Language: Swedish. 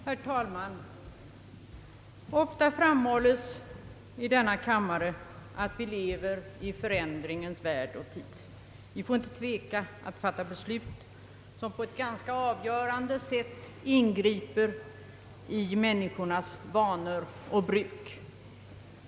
Herr talman! Ofta framhålls det i denna kammare, att vi lever i förändringens värld och tid. Vi får inte tveka att fatta beslut som på ett ganska avgörande sätt ingriper i människornas vanor och bruk.